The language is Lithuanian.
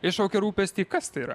iššaukia rūpestį kas tai yra